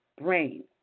brain